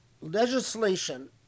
legislation